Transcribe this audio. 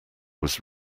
was